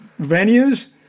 venues